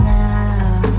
now